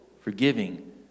forgiving